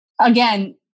again